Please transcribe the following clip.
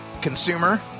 consumer